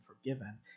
forgiven